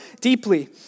deeply